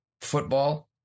football